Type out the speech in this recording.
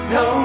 no